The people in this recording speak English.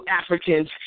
Africans